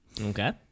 Okay